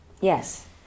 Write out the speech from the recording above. Yes